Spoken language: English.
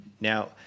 Now